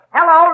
Hello